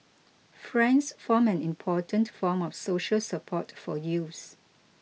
friends form an important form of social support for youths